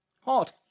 Hot